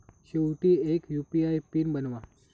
शेवटी एक UPI PIN बनवा